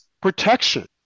protection